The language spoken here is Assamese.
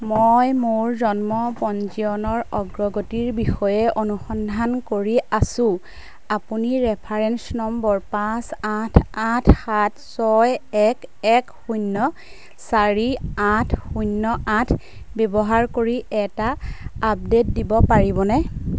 মই মোৰ জন্ম পঞ্জীয়নৰ অগ্ৰগতিৰ বিষয়ে অনুসন্ধান কৰি আছোঁ আপুনি ৰেফাৰেন্স নম্বৰ পাঁচ আঠ আঠ সাত ছয় এক এক শূন্য চাৰি আঠ শূন্য আঠ ব্যৱহাৰ কৰি এটা আপডেট দিব পাৰিবনে